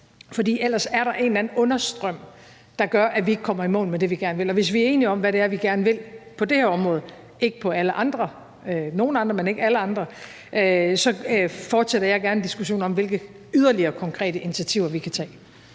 for ellers er der en eller anden understrøm, der gør, at vi ikke kommer i mål med det, vi gerne vil. Og hvis er vi enige om, hvad det er, vi gerne vil på det her område – ikke på alle andre områder, på nogle andre, men ikke alle andre – så fortsætter jeg gerne diskussionen om, hvilke yderligere konkrete initiativer vi kan tage.